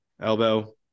elbow